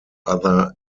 other